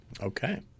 Okay